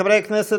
חברי הכנסת,